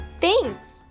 Thanks